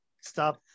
stop